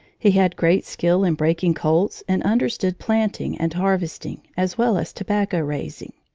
he had great skill in breaking colts and understood planting and harvesting, as well as tobacco raising.